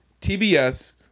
TBS